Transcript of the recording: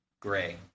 Gray